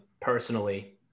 personally